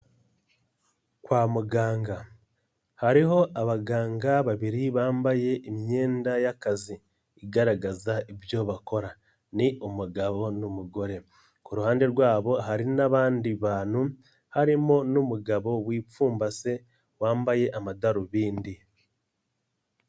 Kwa muganga. Hariho abaganga babiri bambaye imyenda y'akazi. Igaragaza ibyo bakora. Ni umugabo n'umugore. Ku ruhande rwabo hari n'abandi bantu, harimo n'umugabo wipfumbase, wambaye amadarubindi.